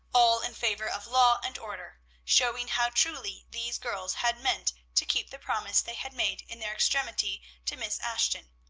all in favor of law and order, showing how truly these girls had meant to keep the promises they had made in their extremity to miss ashton,